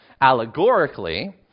allegorically